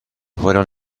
fueron